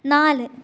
നാല്